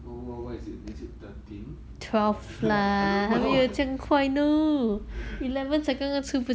what what what is it is it thirteen or what I don't know